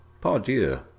pardieu